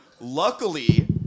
luckily